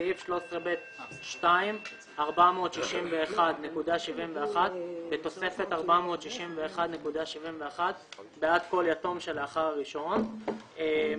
461.71 סעיף 13ב(2) 461.71 בתוספת 461.71 בעד כל יתום שלאחר הראשון (ב)